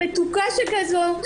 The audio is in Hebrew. מתוקה שכזו,